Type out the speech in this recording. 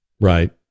right